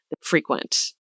frequent